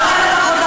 לא עשה שום דבר.